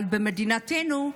אבל במדינתנו,